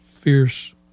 fierce